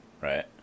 Right